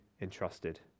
entrusted